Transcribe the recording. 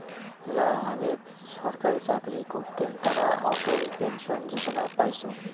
যারা আগেক ছরকারি চাকরি করতেন তারা অটল পেনশন যোজনা পাইচুঙ